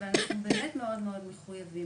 אבל אנחנו באמת מאוד מאוד מחויבים.